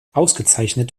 ausgezeichnet